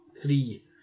three